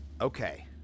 Okay